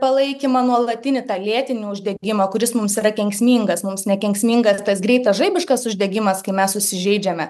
palaikymą nuolatinį tą lėtinį uždegimą kuris mums yra kenksmingas mums nekenksmingas tas greitas žaibiškas uždegimas kai mes susižeidžiame